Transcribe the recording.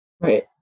Right